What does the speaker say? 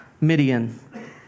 Midian